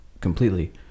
completely